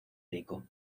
rico